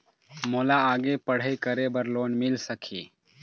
मोला आगे पढ़ई करे बर लोन मिल सकही?